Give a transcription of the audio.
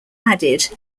added